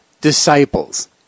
disciples